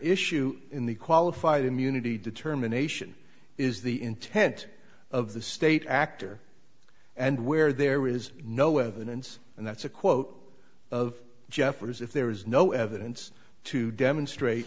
issue in the qualified immunity determination is the intent of the state actor and where there is no evidence and that's a quote of jeffers if there is no evidence to demonstrate